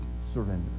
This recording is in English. surrender